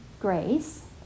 grace